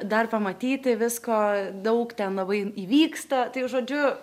dar pamatyti visko daug ten labai įvyksta tai žodžiu